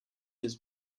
his